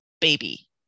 baby